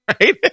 right